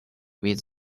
with